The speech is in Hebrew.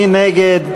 מי נגד?